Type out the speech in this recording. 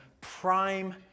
prime